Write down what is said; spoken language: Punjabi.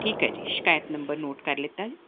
ਠੀਕ ਹ ਜੀ ਸ਼ਿਕਾਇਤ ਨੰਬਰ ਨੋਟ ਕਰ ਲਿਤਾ